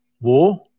war